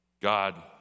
God